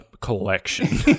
collection